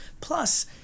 Plus